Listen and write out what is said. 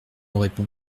répond